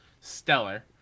stellar